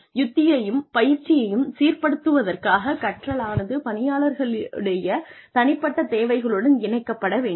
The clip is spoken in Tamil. யுக்தியையும் பயிற்சியையும் சீர் படுத்துவதற்காக கற்றலானது பணியாளர்களுடைய தனிப்பட்ட தேவைகளுடன் இணைக்கப்பட வேண்டும்